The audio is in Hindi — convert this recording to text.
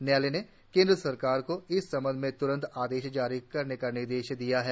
न्यायालय ने केंद्र सरकार को इस संबंध में त्रंत आदेश जारी करने का निर्देश दिया है